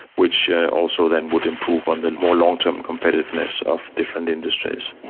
which also then would improve on the more long-term competitiveness of different industries.